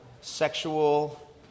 sexual